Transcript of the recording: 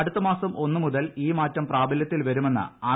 അടുത്തമാസം ഒന്നുമുതൽ ഈ മാറ്റം പ്രാബലൃത്തിൽ വരുമെന്ന് ആർ